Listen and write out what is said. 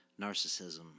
narcissism